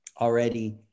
already